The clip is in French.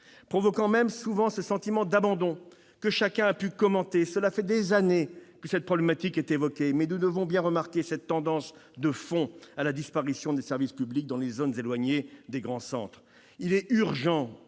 provoquant même souvent ce sentiment d'abandon que chacun a pu commenter. Cela fait des années que cette problématique est évoquée, mais nous devons bien remarquer cette tendance de fond à la disparition des services publics dans les zones éloignées des grands centres. Il est urgent